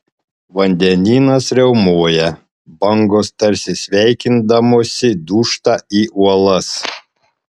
vandenynas riaumoja bangos tarsi sveikindamosi dūžta į uolas